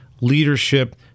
leadership